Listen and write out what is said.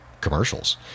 commercials